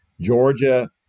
Georgia